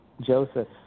Joseph